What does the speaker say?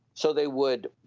so they would,